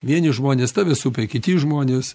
vieni žmonės tave supa kiti žmonės